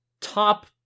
top